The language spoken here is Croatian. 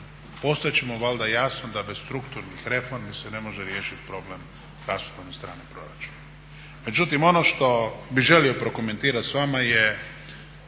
postati će mu valjda jasno da bez strukturnih reformi se ne može riješiti problem rashodovne strane proračuna. Međutim ono što bih želio prokomentirati s vama je